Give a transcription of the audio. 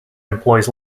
employs